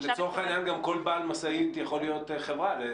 לצורך העניין גם כל בעל משאית יכול להיות חברה.